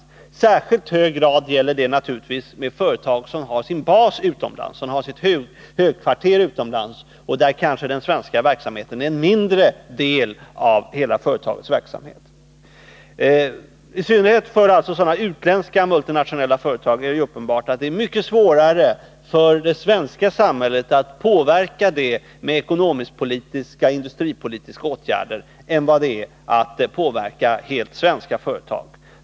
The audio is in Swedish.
I särskilt hög grad gäller det naturligtvis om ett företag har sin bas, sitt högkvarter, utomlands och verksamheten i Sverige kanske är en mindre del av företagets hela verksamhet. Det är uppenbart att det är mycket svårare för det svenska samhället att påverka utländska multinationella företag med ekonomisk-politiska eller industripolitiska åtgärder än att påverka helt svenska företag.